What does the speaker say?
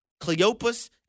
Cleopas